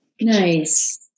nice